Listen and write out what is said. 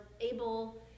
able